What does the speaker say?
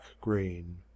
green